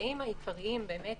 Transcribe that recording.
הממצאים העיקריים מראים